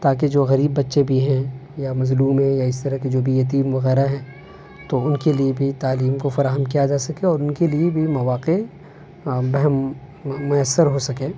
تاکہ جو غریب بچے بھی ہیں یا مظلوم ہیں یا اس طرح کے جو بھی یتیم وغیرہ ہیں تو ان کے لیے بھی تعلیم کو فراہم کیا جا سکے اور ان کے لیے بھی مواقع بہم میسر ہو سکیں